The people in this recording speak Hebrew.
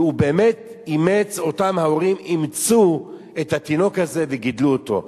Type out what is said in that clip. ואותם ההורים אימצו את התינוק הזה וגידלו אותו,